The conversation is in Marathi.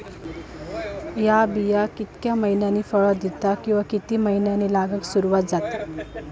हया बिया कितक्या मैन्यानी फळ दिता कीवा की मैन्यानी लागाक सर्वात जाता?